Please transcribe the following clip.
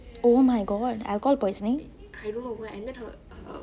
oh my god alcohol poisoning